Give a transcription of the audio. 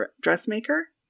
dressmaker